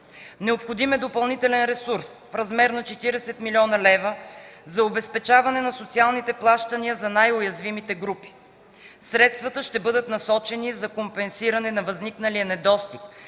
Необходим е допълнителен ресурс в размер на 40 млн. лв. за обезпечаване на социалните плащания за най-уязвимите групи. Средствата ще бъдат насочени за компенсиране на възникналия недостиг